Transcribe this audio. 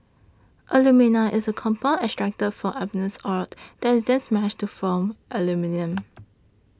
alumina is a compound extracted from bauxite ore that is then smelted to form aluminium